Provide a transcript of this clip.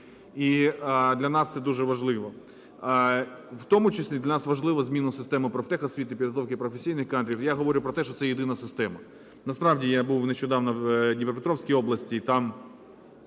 І для нас це дуже важливо. В тому числі для нас важлива зміна системи профтехосвіти, підготовки професійних кадрів. Я говорю про те, що це єдина система. Насправді я був нещодавно в Дніпропетровській області, і там